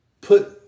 Put